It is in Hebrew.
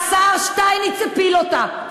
והשר שטייניץ הפיל אותה.